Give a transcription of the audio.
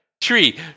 tree